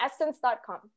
Essence.com